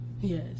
Yes